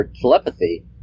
telepathy